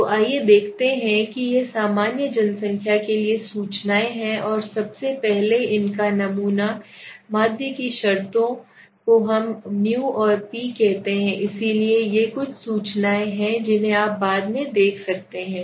तो आइए देखते हैं कि यह सामान्य जनसंख्या के लिए सूचनाएँ हैं और सबसे पहले इनका नमूना माध्य की शर्तों को हम μ of p कहते हैं इसलिए ये कुछ सूचनाएं हैं जिन्हें आप बाद में देख सकते हैं